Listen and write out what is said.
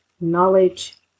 knowledge